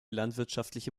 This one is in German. landwirtschaftliche